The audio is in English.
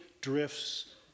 drifts